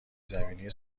زمینی